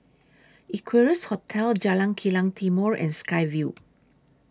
Equarius Hotel Jalan Kilang Timor and Sky Vue